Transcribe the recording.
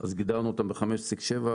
אז גידרנו אותם ב-5.7.